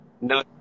No